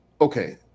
okay